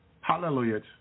Hallelujah